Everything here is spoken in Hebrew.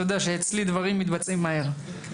אתה יודע שאצלי דברים מתבצעים מהר.